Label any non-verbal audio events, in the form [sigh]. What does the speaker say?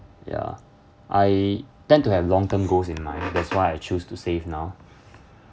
ya I tend to have long term goals in mind [noise] that's why I choose to save now